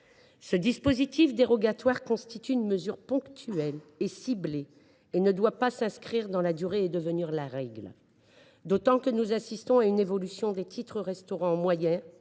Ce dispositif dérogatoire constitue une mesure ponctuelle et ciblée, qui ne doit pas s’inscrire dans la durée et devenir la règle. En effet, cette évolution des titres restaurant en moyens